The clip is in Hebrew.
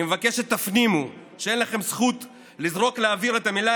אני מבקש שתפנימו שאין לכם זכות לזרוק לאוויר את המילה